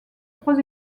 trois